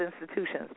institutions